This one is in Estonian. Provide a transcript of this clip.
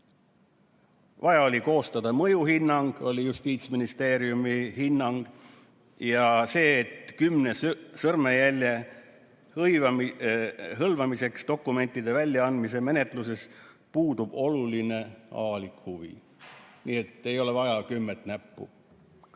Vaja oli koostada mõjuhinnang, oli Justiitsministeeriumi hinnang, ja see, et kümne sõrmejälje hõlmamiseks dokumentide väljaandmise menetluses puudub oluline avalik huvi. Nii et ei ole vaja kümmet näppu. Aga